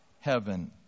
heaven